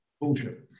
Bullshit